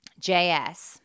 JS